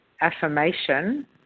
affirmation